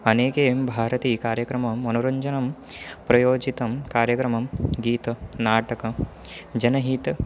अनेके भारतीकार्यक्रमं मनोरञ्जनं प्रयोजितं कार्यक्रमं गीतं नाटकं जनहीतम्